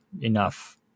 enough